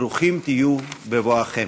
ברוכים תהיו בבואכם.